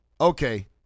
Okay